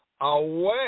away